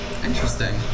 interesting